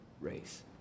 race